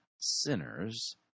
sinners